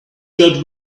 got